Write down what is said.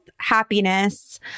happiness